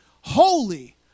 holy